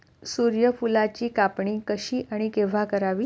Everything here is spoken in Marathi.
सूर्यफुलाची कापणी कशी आणि केव्हा करावी?